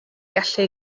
gallu